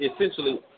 essentially